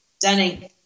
Dunning